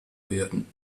werden